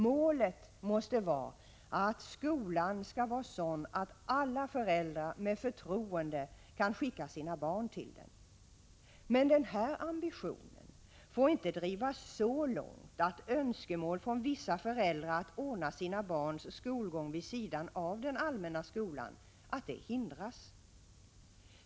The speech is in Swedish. Målet måste vara att skolan skall vara sådan att alla föräldrar med förtroende kan skicka sina barn till den. Men denna ambition får inte drivas så långt att önskemål från vissa föräldrar att ordna sina barns skolgång vid sidan av den allmänna skolan motarbetas.